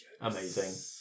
amazing